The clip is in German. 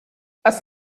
was